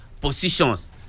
positions